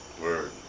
Word